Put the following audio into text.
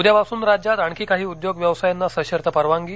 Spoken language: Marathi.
उद्यापासून राज्यात आणखी काही उद्योग व्यवसायांना सशर्त परवानगी